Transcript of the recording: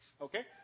Okay